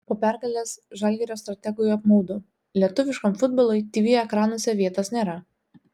po pergalės žalgirio strategui apmaudu lietuviškam futbolui tv ekranuose vietos nėra